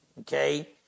okay